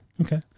Okay